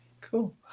Cool